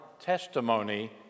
testimony